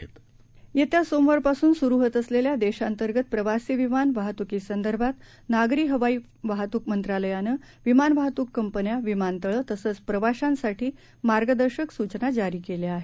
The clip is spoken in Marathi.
प्रवासी विमान येत्या सोमवारपासून सुरू होत असलेल्या देशांतर्गत प्रवासी विमान वाहतुकीसंदर्भात नागरी हवाई वाहतुक मंत्रालयानं विमान वाहतुक कंपन्या विमानतळं तसंच प्रवाशांसाठी मार्गदर्शक सूचना जारी केल्या आहेत